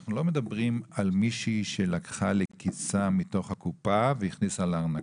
שאנחנו לא מדברים על מישהי שלקחה לכיסה מתוך הקופה והכניסה לארנקה,